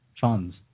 funds